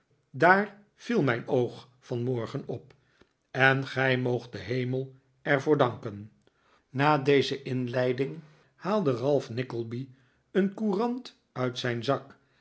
daar viel mijn oog vanmorgen op en gij moogt den hemel er voor danken na deze inleiding haalde ralph nickleby een courant uit zijn zak